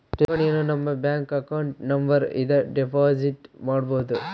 ಠೇವಣಿಯನು ನಮ್ಮ bank account number ಇಂದ ಡೆಪೋಸಿಟ್ ಮಾಡ್ಬೊದು